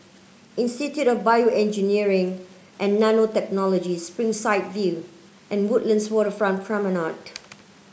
Institute of BioEngineering and Nanotechnology Springside View and Woodlands Waterfront Promenade